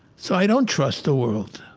so i don't trust the world.